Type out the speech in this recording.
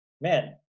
Man